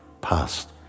past